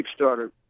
Kickstarter